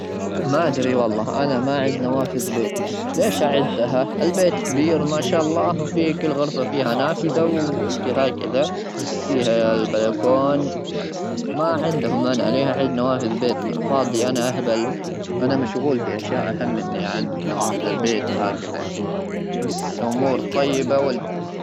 طبعا اهم شيء قبل تنظيف الثلاجه لازم نفصلها عن الكهرباء لمده تقريبا نصف ساعه, عشان ان كان فيها ثلج او كذا يصيح وبعدين يتم تنظيفها باشياء خاصه جدا, لان الثلاجه ممكن تخرب لو تم استخدام اشياء خاطئه خاطئه فيها وبعد التنظيف انسبها لمده اربع ساعات ,وبعدين نعيد توصيلها بالكهرباء مره.